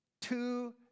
two